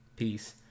peace